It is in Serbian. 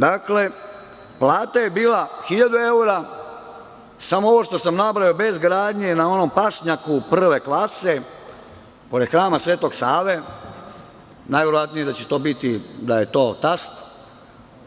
Dakle, plata je bila hiljada evra, samo ovo što sam nabrojao bez gradnje na onom pašnjaku prve klase pored Hrama Svetog Save, najverovatnije da će to biti, da je to tast,